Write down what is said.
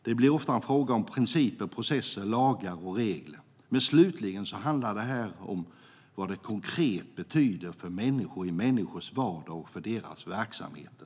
Det blir ofta en fråga om principer, processer, lagar och regler. Men slutligen handlar detta om vad det konkret betyder för människor i deras vardag och verksamheter.